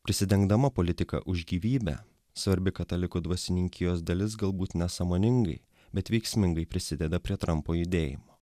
prisidengdama politiką už gyvybę svarbi katalikų dvasininkijos dalis galbūt nesąmoningai bet veiksmingai prisideda prie trampo judėjimo